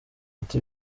ati